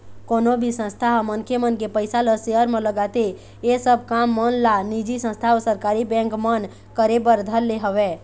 कोनो भी संस्था ह मनखे मन के पइसा ल सेयर म लगाथे ऐ सब काम मन ला निजी संस्था अऊ सरकारी बेंक मन करे बर धर ले हवय